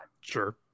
Sure